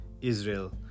Israel